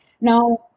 Now